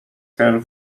her